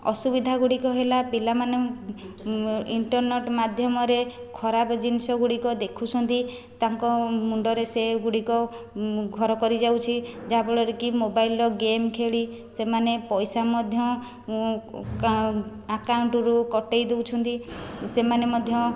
ଅସୁବିଧାଗୁଡ଼ିକ ହେଲା ପିଲାମାନେ ଇଣ୍ଟରନେଟ୍ ମାଧ୍ୟମରେ ଖରାପ ଜିନିଷଗୁଡ଼ିକ ଦେଖୁଛନ୍ତି ତାଙ୍କ ମୁଣ୍ଡରେ ସେଗୁଡ଼ିକ ଘର କରିଯାଉଛି ଯାହା ଫଳରେ କି ମୋବାଇଲ୍ର ଗେମ୍ ଖେଳି ସେମାନେ ପଇସା ମଧ୍ୟ ଆକାଉଣ୍ଟରୁ କଟାଇ ଦେଉଛନ୍ତି ସେମାନେ ମଧ୍ୟ